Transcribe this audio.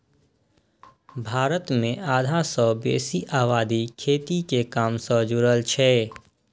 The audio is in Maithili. भारत मे आधा सं बेसी आबादी खेती के काम सं जुड़ल छै